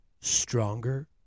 stronger